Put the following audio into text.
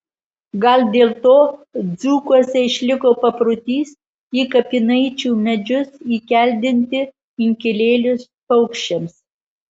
gal dėl to dzūkuose išliko paprotys į kapinaičių medžius įkeldinti inkilėlius paukščiams